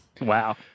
Wow